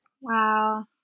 Wow